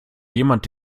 jemand